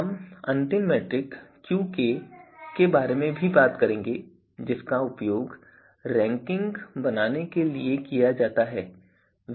हम अंतिम metric Qk के बारे में भी बात करेंगे जिसका उपयोग रैंकिंग बनाने के लिए किया जाता है